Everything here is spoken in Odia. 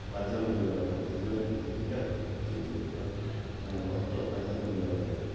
ଉପାର୍ଜନ କରିବା ପାଇଁ ଜୀବିକା ମାନେ ଅର୍ଥ ଉପାର୍ଜନ କରିବା ପାଇଁ